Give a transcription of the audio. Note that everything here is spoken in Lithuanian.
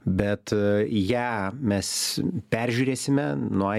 bet ją mes peržiūrėsime nuo a